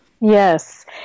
Yes